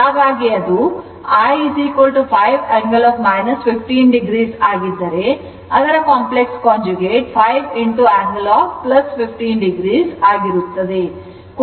ಹಾಗಾಗಿ ಅದು I 5 angle 15 o ಆಗಿದ್ದರೆ ಅದರ complex conjugate 5 angle 15 o ಆಗಿರುತ್ತದೆ